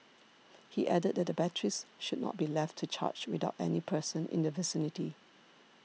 he added that the batteries should not be left to charge without any person in the vicinity